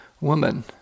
woman